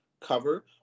cover